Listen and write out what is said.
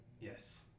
Yes